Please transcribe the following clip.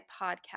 podcast